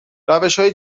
روشهای